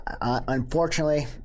unfortunately